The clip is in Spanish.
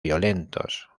violentos